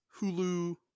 Hulu